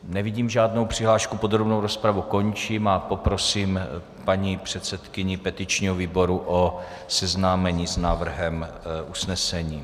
Nevidím žádnou přihlášku, podrobnou rozpravu končím a poprosím paní předsedkyni petičního výboru o seznámení s návrhem usnesení.